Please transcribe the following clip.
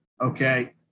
Okay